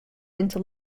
into